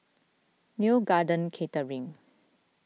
Neo Garden Catering